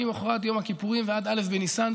ממוחרת יום הכיפורים ועד א' בניסן,